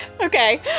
Okay